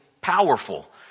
powerful